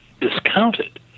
discounted